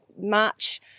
March